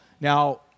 Now